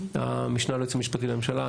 המשנה ליועץ המשפטי לממשלה,